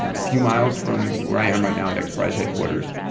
and a few miles from where i am right now at x prize headquarters,